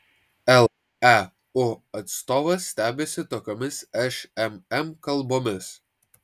leu atstovas stebisi tokiomis šmm kalbomis